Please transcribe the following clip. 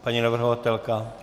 Paní navrhovatelka?